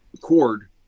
cord